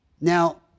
Now